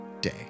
day